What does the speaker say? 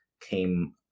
came